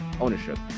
ownership